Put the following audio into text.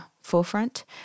forefront